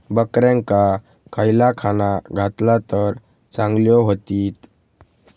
बकऱ्यांका खयला खाणा घातला तर चांगल्यो व्हतील?